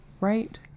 right